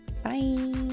Bye